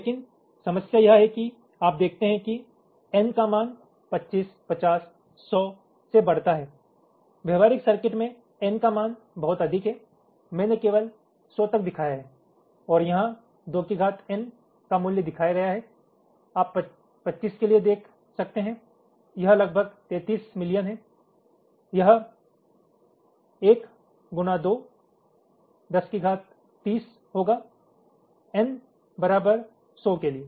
लेकिन समस्या यह है कि आप देखते हैं कि एन का मान 25 50 100 से बढ़ता है व्यावहारिक सर्किट मे एन का मान बहुत अधिक है मैंने केवल 100 तक दिखाया है और यहां 2 की घात एन का मूल्य दिखाया गया है आप 25 के लिए देख सकते हैं यह लगभग 33 मिलियन है यह 1 × 1030 होगा एन बराबर 100 के लिए